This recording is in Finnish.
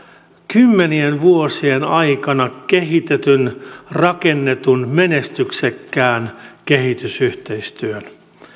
kymmenien vuosien aikana kehitetyn rakennetun menestyksekkään kehitysyhteistyön